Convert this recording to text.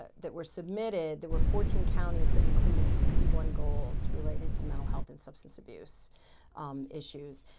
ah that were submitted, there were fourteen counties that included sixty one goals related to mental health and substance abuse issues.